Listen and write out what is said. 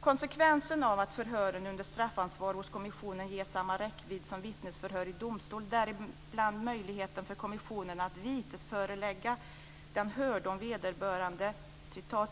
Konsekvenserna av att förhören under straffansvar hos kommissionen ges samma räckvidd som vittnesförhör i domstol, däribland möjligheten för kommissionen att vitesförelägga den hörde om vederbörande